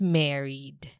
married